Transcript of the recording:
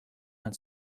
and